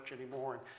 anymore